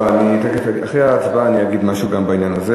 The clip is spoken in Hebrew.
לא, אחרי ההצבעה אני אגיד משהו גם בעניין הזה.